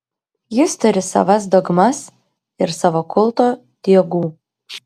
jis turi savas dogmas ir savo kulto diegų